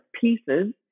pieces